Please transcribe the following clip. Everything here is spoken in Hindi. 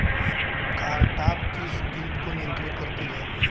कारटाप किस किट को नियंत्रित करती है?